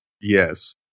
Yes